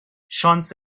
شانس